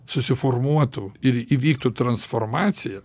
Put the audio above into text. susiformuotų ir įvyktų transformacija